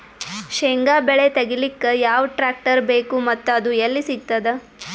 ಶೇಂಗಾ ಬೆಳೆ ತೆಗಿಲಿಕ್ ಯಾವ ಟ್ಟ್ರ್ಯಾಕ್ಟರ್ ಬೇಕು ಮತ್ತ ಅದು ಎಲ್ಲಿ ಸಿಗತದ?